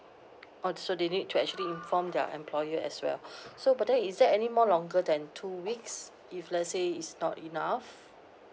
oh so they need to actually inform their employer as well so but then is there any more longer than two weeks if let's say it's not enough